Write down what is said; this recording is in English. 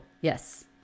yes